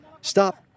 Stop